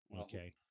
Okay